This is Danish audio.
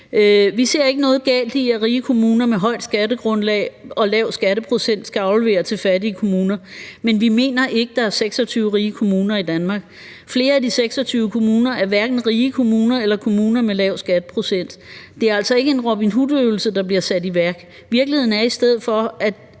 Vi ser ikke noget galt i, at rige kommuner med højt skattegrundlag og lav skatteprocent skal aflevere til fattige kommuner, men vi mener ikke, der er 26 rige kommuner i Danmark. Flere af de 26 kommuner er hverken rige kommuner eller kommuner med lav skatteprocent. Det er altså ikke en Robin Hood-øvelse, der bliver sat i værk. Virkeligheden er i stedet for, at